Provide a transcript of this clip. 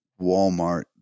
Walmart